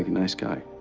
nice guy.